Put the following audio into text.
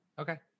Okay